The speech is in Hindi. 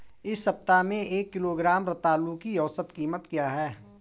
इस सप्ताह में एक किलोग्राम रतालू की औसत कीमत क्या है?